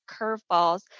curveballs